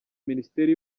minisiteri